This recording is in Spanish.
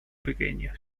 pequeños